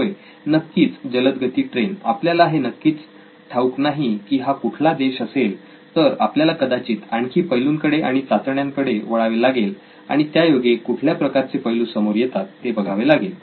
होय नक्कीच जलदगती ट्रेन आपल्याला हे नक्कीच ठाऊक नाही की हा कुठला देश असेल तर आपल्याला कदाचित आणखी पैलूंकडे आणि चाचण्यांकडे वळावे लागेल आणि त्यायोगे कुठल्या प्रकारचे पैलु समोर येतात ते बघावे लागेल